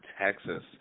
Texas